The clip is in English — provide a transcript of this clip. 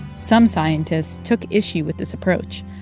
some scientists took issue with this approach,